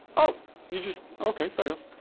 oh you just okay, fair enoughh